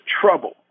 trouble